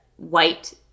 white